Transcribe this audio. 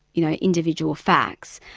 you know, individual facts,